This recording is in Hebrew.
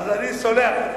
אז אני סולח לך.